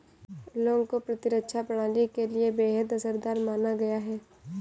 लौंग को प्रतिरक्षा प्रणाली के लिए बेहद असरदार माना गया है